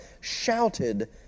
shouted